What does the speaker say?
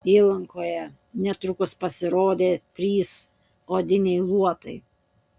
įlankoje netrukus pasirodė trys odiniai luotai